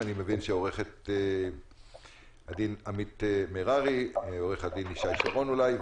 ואני מבין שזה עורכת-הדין עמית מררי ואולי עורך-הדין ישי שרון.